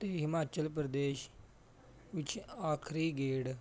ਅਤੇ ਹਿਮਾਚਲ ਪ੍ਰਦੇਸ਼ ਵਿੱਚ ਆਖਰੀ ਗੇੜ